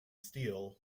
steel